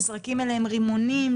שנזרקים עליהם רימונים,